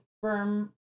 firm